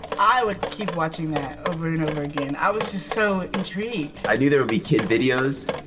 i would keep watching that over and over again. i was just so intrigued. i knew there would be kid videos,